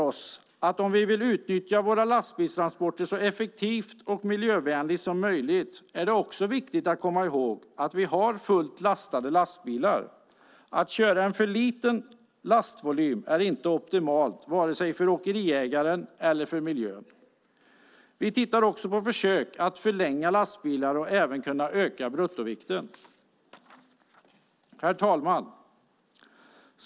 Om vi vill utnyttja våra lastbilstransporter så effektivt och miljövänligt som möjligt är det också viktigt att komma ihåg att vi har fullt lastade lastbilar. Att köra en för liten lastvolym är inte optimalt vare sig för åkeriägaren eller för miljön. Vi tittar också på försök att förlänga lastbilar och även på att kunna öka bruttovikten. Herr talman!